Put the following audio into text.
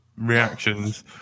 reactions